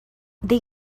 they